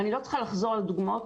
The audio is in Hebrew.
ואני לא צריכה לחזור על דוגמאות,